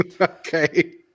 Okay